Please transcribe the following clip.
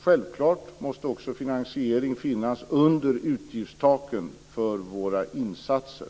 Självklart måste också finansiering finnas - under utgiftstaken - för våra insatser.